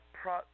pro